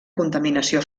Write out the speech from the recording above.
contaminació